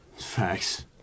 Facts